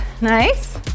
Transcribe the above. nice